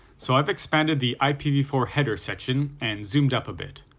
so i've expanded the i p v four header section and zoomed up a bit,